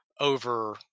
over